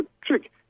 trick